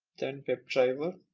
then webdriver